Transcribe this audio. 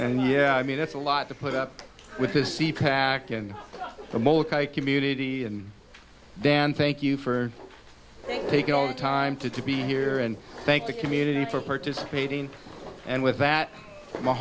and yeah i mean that's a lot to put up with to see pac and i'm ok community and then thank you for taking all the time to to be here and thank the community for participating and with that